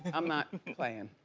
i'm not playing.